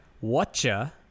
whatcha